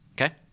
okay